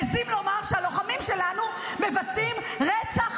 מעיזים לומר שהלוחמים שלנו מבצעים רצח